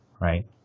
right